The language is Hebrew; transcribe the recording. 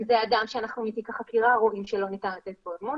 אם זה אדם שמתיק החקירה אנחנו רואים שלא ניתן לתת בו אמון,